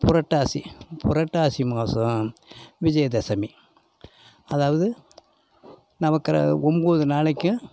புரட்டாசி புரட்டாசி மாதம் விஜயதசமி அதாவது நவகிரக ஒம்பது நாளைக்கும்